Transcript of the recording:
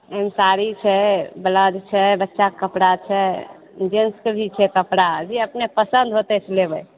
साड़ी छै बेलाउज छै बच्चाके कपड़ा छै जेंट्सके भी छै कपड़ा जे अपनेके पसन्द होतै से लेबै